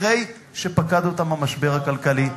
אחרי שפקד אותם המשבר הכלכלי,